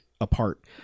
Apart